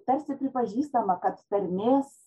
tarsi pripažįstama kad tarmės